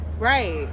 right